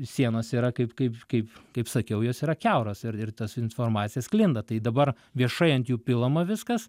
sienos yra kaip kaip kaip kaip sakiau jos yra kiauros ir ir tas informacija sklinda tai dabar viešai ant jų pilama viskas